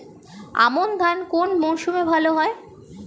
আমন ধান কোন মরশুমে ভাল হয়?